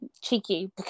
cheeky